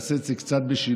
אם תעשה את זה קצת בשינוי,